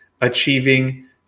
achieving